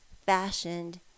fashioned